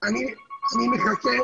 אני מחכה